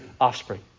offspring